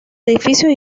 edificios